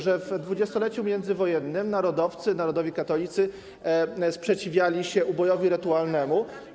że w dwudziestoleciu międzywojennym narodowcy, narodowi katolicy sprzeciwiali się ubojowi rytualnemu.